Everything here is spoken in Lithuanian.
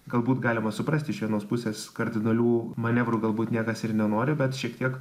galbūt galima suprasti iš vienos pusės kardinalių manevrų galbūt niekas ir nenori bet šiek tiek